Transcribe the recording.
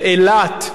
באילת,